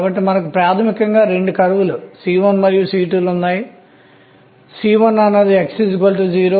కాబట్టి మీరు 1s తో ప్రారంభించండి ఆపై మీరు 2s ను నింపండి ఆపై మీరు 2p ని పూరించండి